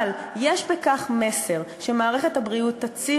אבל יש בכך מסר שמערכת הבריאות תציב